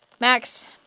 Max